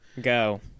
Go